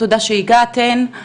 תודה שהגעתן,